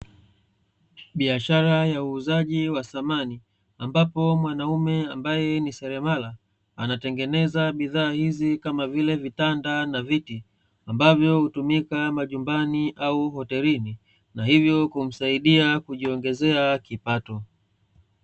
Biashara ya uuzaji wa samani ambapo mwanaume ambaye ni seremala, anatengeneza bidhaa hizi kama vile vitanda na viti, ambavyo hutumika majumbani au hotelini, na hivyo kumsaidia kujiongezea kipato.